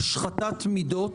לשחיתות